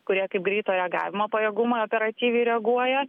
kurie kaip greito reagavimo pajėgumai operatyviai reaguoja